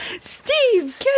Steve